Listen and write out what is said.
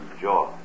joy